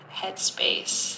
headspace